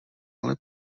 ale